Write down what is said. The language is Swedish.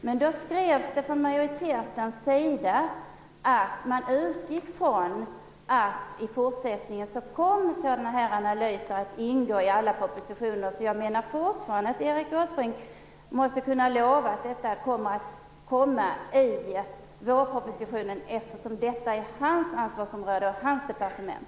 Det skrevs från majoritetens sida att man utgick från att sådana analyser i fortsättningen kommer att ingå i alla propositioner. Jag menar fortfarande att Erik Åsbrink måste kunna lova att detta kommer i vårpropositionen, eftersom detta handlar om hans ansvarsområde och hans departement.